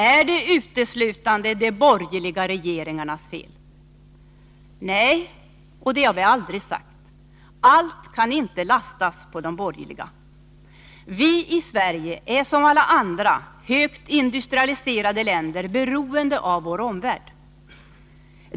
Är det uteslutande de borgerliga regeringarnas fel? Nej, det har vi aldrig sagt — allt kan inte lastas på de borgerliga. Sverige är som alla andra högt industrialiserade länder beroende av omvärlden.